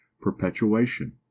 perpetuation